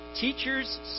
teachers